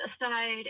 aside